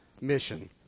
mission